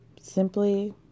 simply